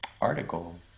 article